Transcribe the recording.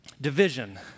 division